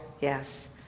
yes